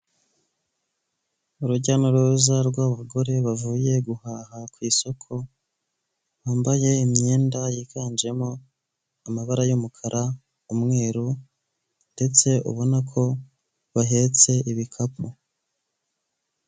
Urujya n'uruza rw'abagore bavuye guhaha ku isoko, bambaye imyenda yiganjemo amabara y'umukara, umweru ndetse ubona ko bahetse ibikapu.